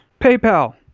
paypal